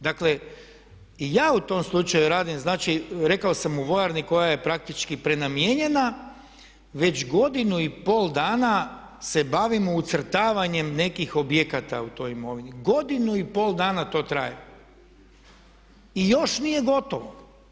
Dakle, i ja u tom slučaju radim, znači rekao sam u vojarni koja je praktički prenamijenjena već godinu i pol dana se bavimo ucrtavanjem nekih objekata u toj imovinu, godinu i pol dana to traje i još nije gotovo.